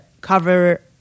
cover